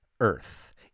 earth